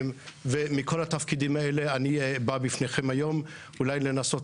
ומכל התפקידים האלה אני בא לפניכם היום אולי לנסות